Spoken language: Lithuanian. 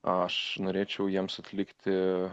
aš norėčiau jiems atlikti